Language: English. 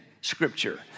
scripture